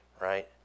right